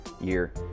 year